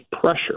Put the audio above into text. pressure